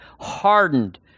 hardened